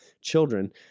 children